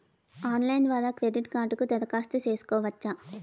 Online ద్వారా credit కార్డుకు దరఖాస్తు సేసుకోవచ్చా?